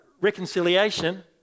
Reconciliation